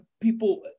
people